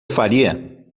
faria